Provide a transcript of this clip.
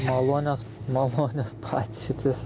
malonios malonios patirtys